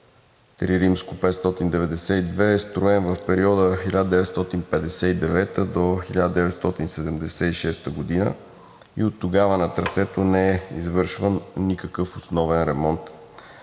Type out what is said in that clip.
пътят III-592 е строен в периода 1959 до 1976 г. и оттогава на трасето не е извършван никакъв основен ремонт.